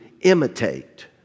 imitate